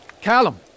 Callum